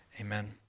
Amen